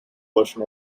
version